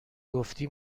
گفتی